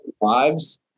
lives